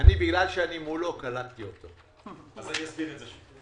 אני אסביר את זה שוב.